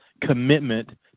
commitment